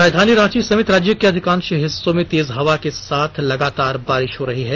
राजधानी रांची समेत राज्य के अधिकांश हिस्सों में तेज हवा के साथ लगातार बारिश हो रही है